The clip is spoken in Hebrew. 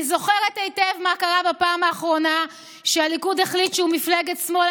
אני זוכרת היטב מה קרה בפעם האחרונה שהליכוד החליט שהוא מפלגת שמאל.